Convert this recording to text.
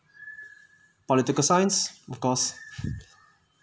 political science because